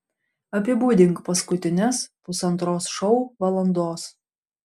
apibūdink paskutines pusantros šou valandos